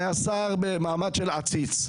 היה שר במעמד של עציץ.